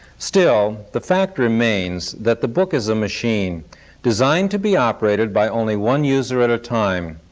still, the fact remains that the book is a machine designed to be operated by only one user at a time,